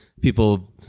people